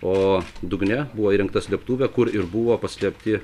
o dugne buvo įrengta slėptuvė kur ir buvo paslėpti